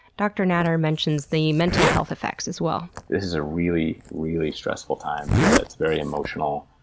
dr. natter mentions the mental health effects as well. this is a really, really stressful time. it's very emotional.